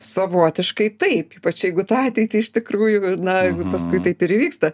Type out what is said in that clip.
savotiškai taip ypač jeigu tą ateitį iš tikrųjų ir na jeigu paskui taip ir įvyksta